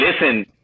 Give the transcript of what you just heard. listen